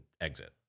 exit